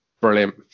brilliant